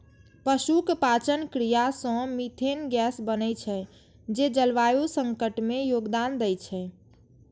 पशुक पाचन क्रिया सं मिथेन गैस बनै छै, जे जलवायु संकट मे योगदान दै छै